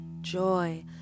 joy